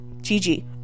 Gigi